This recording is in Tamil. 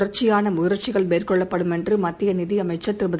தொடர்ச்சியானமுயற்சிகள் மேற்கொள்ளப்படும் என்றுமத்தியநிதியமைச்சர் திருமதி